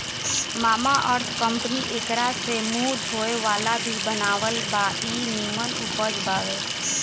Mamaearth company एकरा से मुंह धोए वाला भी बनावत बा इ निमन उपज बावे